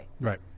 Right